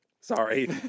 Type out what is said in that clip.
Sorry